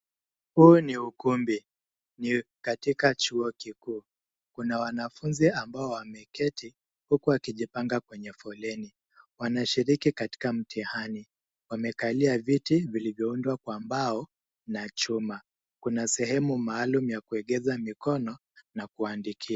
Huu ni ukumbi. Ni katika chuo kikuu. Kuna wanafunzi ambao wameketi, huku akijipanga kwenye foleni. Wanashiriki katika mtihani. Wamekalia viti vilivyoundwa kwa mbao na chuma. Kuna sehemu maalum ya kuwekeza mikono, na kuandikia.